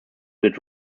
bit